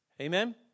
Amen